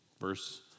Verse